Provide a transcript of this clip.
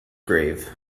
grave